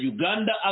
Uganda